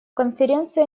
конференция